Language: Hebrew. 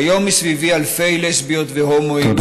כיום מסביבי אלפי לסביות והומואים,